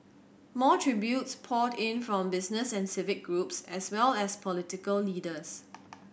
more tributes poured in from business and civic groups as well as political leaders